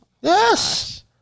Yes